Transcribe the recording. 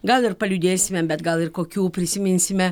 gal ir paliūdėsime bet gal ir kokių prisiminsime